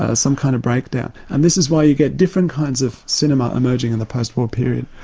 ah some kind of breakdown. and this is why you get different kinds of cinema emerging in the post-war period.